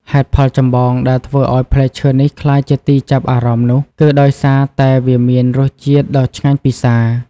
ហេតុផលចម្បងដែលធ្វើឲ្យផ្លែឈើនេះក្លាយជាទីចាប់អារម្មណ៍នោះ គឺដោយសារតែវាមាន រសជាតិដ៏ឆ្ងាញ់ពិសា។